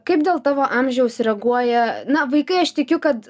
kaip dėl tavo amžiaus reaguoja na vaikai aš tikiu kad